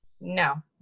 No